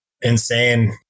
insane